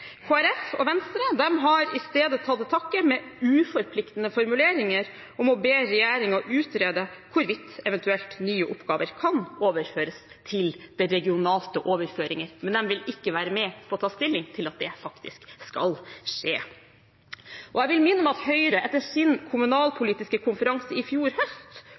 Folkeparti og Venstre har i stedet tatt til takke med uforpliktende formuleringer om å be regjeringen utrede hvorvidt eventuelt nye oppgaver kan overføres til regionalt nivå, men de vil ikke være med på å ta stilling til at det faktisk skal skje. Jeg vil minne om at Høyre etter sin kommunalpolitiske konferanse i fjor høst